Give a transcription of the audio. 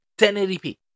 1080p